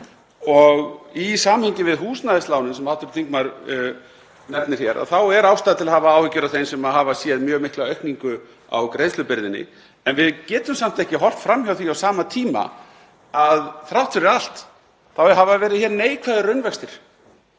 Í samhengi við húsnæðislánin, sem hv. þingmaður nefnir hér, þá er ástæða til að hafa áhyggjur af þeim sem hafa séð mjög mikla aukningu á greiðslubyrðinni. En við getum samt ekki horft fram hjá því á sama tíma að þrátt fyrir allt þá hafa verið hér neikvæðir raunvextir.